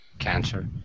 Cancer